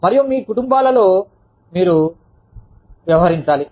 మరియు మీరు కుటుంబాలతో వ్యవహరించాలి